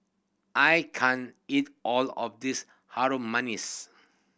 I can't eat all of this Harum Manis